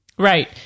Right